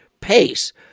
pace